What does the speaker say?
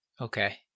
Okay